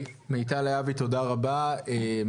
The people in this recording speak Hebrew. מיטל להבי, תודה רבה.